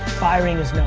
firing is knowing.